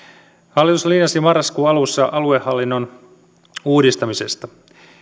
hallitus linjasi marraskuun alussa aluehallinnon uudistamisesta